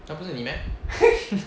那不是你 meh